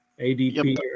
ADP